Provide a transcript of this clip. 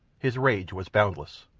his rage was boundless.